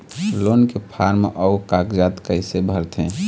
Loan के form अऊ कागजात कइसे भरथें?